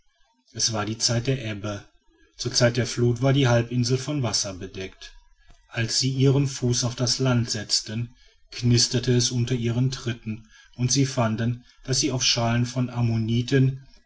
es war die zeit der ebbe zur zeit der flut war die halbinsel vom wasser bedeckt als sie ihren fuß auf das land setzten knisterte es unter ihren tritten und sie fanden daß sie auf schalen von